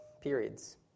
periods